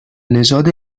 نژاد